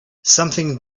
something